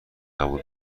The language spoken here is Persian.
قبول